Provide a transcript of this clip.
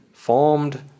Formed